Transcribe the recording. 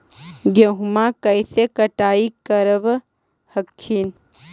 गेहुमा कैसे कटाई करब हखिन?